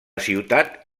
ciutat